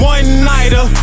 One-nighter